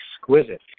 exquisite